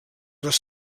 les